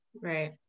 Right